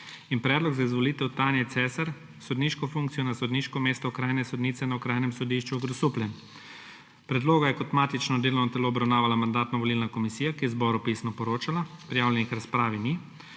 in predlog za izvolitev Tanje Cesar v sodniško funkcijo na sodniško mesto okrajne sodnice na Okrajnem sodišču v Grosupljem. Predloga je kot matično delovno telo obravnavala Mandatno-volilna komisija, ki je zboru pisno poročala. Prijavljenih k razpravi ni.